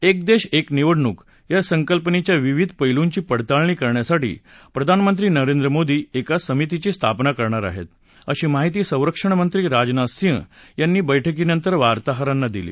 एक देश एक निवडणूक या संकल्पनेच्या विविध पैलूंची पडताळणी करण्यासाठी प्रधानमंत्री नरेंद्र मोदी एका समितीची स्थापना करणार आहेत अशी माहिती संरक्षणमंत्री राजनाथ सिंह यांनी बैठकीनंतर वार्ताहरांना दिली